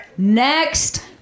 Next